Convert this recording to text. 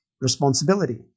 responsibility